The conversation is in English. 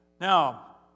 Now